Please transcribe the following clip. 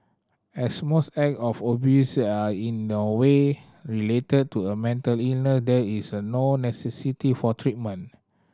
as most act of abuse are in no way related to a mental illness there is a no necessity for treatment